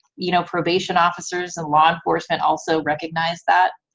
you know, probation officers and law enforcement also recognize that,